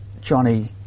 Johnny